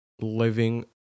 living